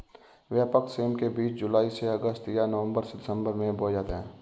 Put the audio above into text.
व्यापक सेम के बीज जुलाई से अगस्त या नवंबर से दिसंबर में बोए जाते हैं